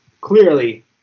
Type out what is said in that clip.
clearly